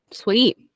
sweet